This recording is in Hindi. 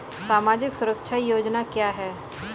सामाजिक सुरक्षा योजना क्या है?